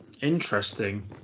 Interesting